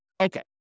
Okay